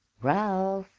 ralph,